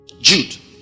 Jude